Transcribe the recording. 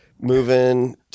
moving